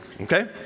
okay